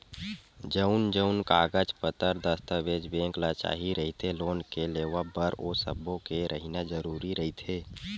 जउन जउन कागज पतर दस्ताबेज बेंक ल चाही रहिथे लोन के लेवब बर ओ सब्बो के रहिना जरुरी रहिथे